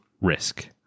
risk